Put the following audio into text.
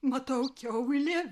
matau kiaulė